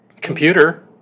Computer